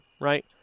right